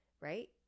right